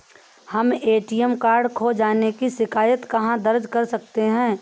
हम ATM card खो जाने की शिकायत कहाँ दर्ज कर सकते हैं?